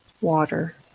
water